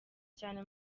cyane